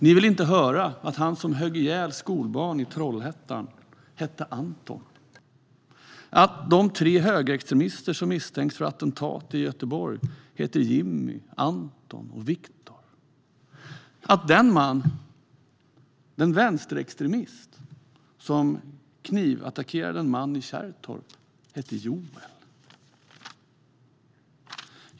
Ni vill inte höra att han som högg ihjäl skolbarn i Trollhättan hette Anton, att de tre högerextremister som misstänks för attentat i Göteborg heter Jimmy, Anton och Viktor eller att den vänsterextremist som knivattackerade en man i Kärrtorp heter Joel.